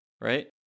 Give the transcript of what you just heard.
right